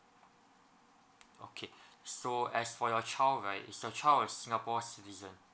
okay so as for your child right is the child is singapore citizen